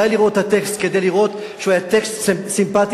די לראות את הטקסט כדי לראות שהוא היה טקסט סימפתי.